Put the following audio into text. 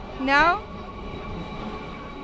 No